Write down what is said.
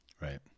Right